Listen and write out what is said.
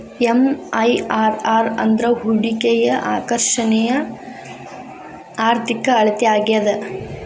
MIRR ಅಂದ್ರ ಹೂಡಿಕೆಯ ಆಕರ್ಷಣೆಯ ಆರ್ಥಿಕ ಅಳತೆ ಆಗ್ಯಾದ